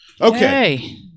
Okay